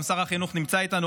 גם שר החינוך נמצא איתנו,